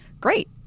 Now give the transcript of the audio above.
great